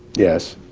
yes,